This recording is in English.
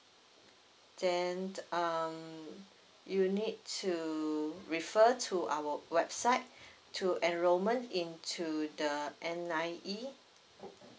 then um you need to refer to our website to enrollment into the N_I_E